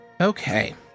Okay